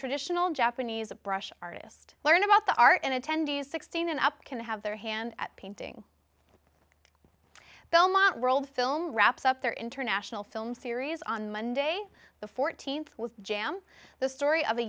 traditional japanese a brush artist learn about the art and attendees sixteen and up can have their hand at painting belmont world film wraps up their international film series on monday the fourteenth was jam the story